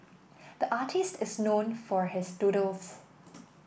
the artist is known for his doodles